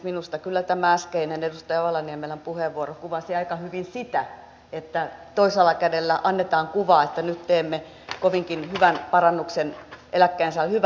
minusta kyllä tämä äskeinen edustaja ojala niemelän puheenvuoro kuvasi aika hyvin sitä että toisella kädellä annetaan kuva että nyt teemme kovinkin hyvän parannuksen eläkkeensaajille